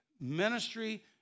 ministry